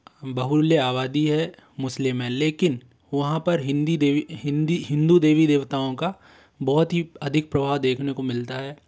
बहुल्य आबादी है मुस्लिम है लेकिन वहाँ पर हिंदी देवी हिंदी हिंदू देवी देवताओं का बहुत ही अधिक प्रभाव देखने को मिलता है